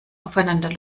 aufeinander